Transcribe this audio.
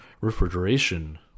refrigeration